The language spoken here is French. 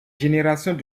générations